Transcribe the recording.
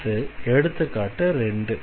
அடுத்து எடுத்துக்காட்டு 2